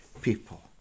people